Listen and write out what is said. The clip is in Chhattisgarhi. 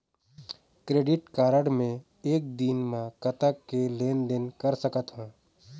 क्रेडिट कारड मे एक दिन म कतक के लेन देन कर सकत हो?